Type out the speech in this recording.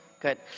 Good